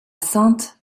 sainte